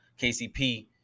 KCP